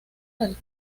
del